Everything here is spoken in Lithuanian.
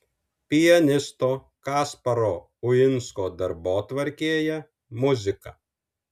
pianisto kasparo uinsko darbotvarkėje muzika